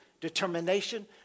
determination